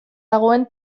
dagoen